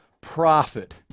profit